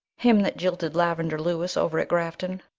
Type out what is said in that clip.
him that jilted lavendar lewis over at grafton?